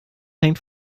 hängt